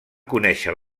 conèixer